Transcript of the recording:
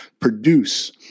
produce